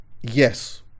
Yes